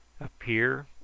appear